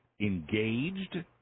Engaged